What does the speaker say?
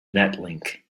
natlink